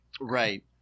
Right